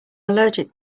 allergic